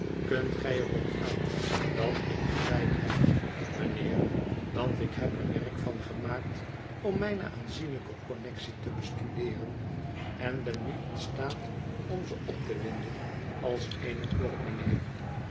kunt gij er op aan dat ik gelijk heb mijnheer want ik heb er werk van gemaakt om mijne aanzienlijke connectie te bestudeeren en ben nu in staat om ze op te winden als eene klok